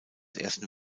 ersten